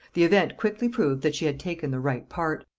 the event quickly proved that she had taken the right part.